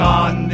on